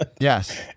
yes